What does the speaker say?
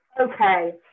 Okay